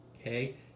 Okay